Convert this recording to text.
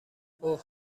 اوه